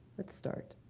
let's start.